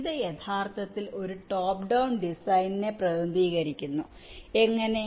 ഇത് യഥാർത്ഥത്തിൽ ഒരു ടോപ്പ് ഡൌൺ ഡിസൈനിനെ പ്രതിനിധീകരിക്കുന്നു എങ്ങനെ